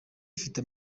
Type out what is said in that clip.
ifite